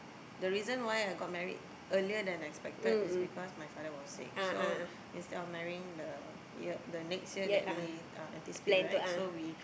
the reason why I got married earlier than expected is because my father was sick so instead of marrying the year the next year that we uh anticipate right so we